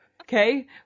Okay